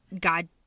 God